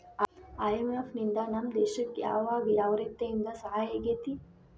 IMF ನಿಂದಾ ನಮ್ಮ ದೇಶಕ್ ಯಾವಗ ಯಾವ್ರೇತೇಂದಾ ಸಹಾಯಾಗೇತಿ?